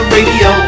Radio